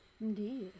Indeed